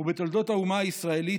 ובתולדות האומה הישראלית,